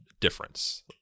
difference